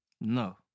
No